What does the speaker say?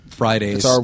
Fridays